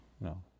no